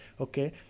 okay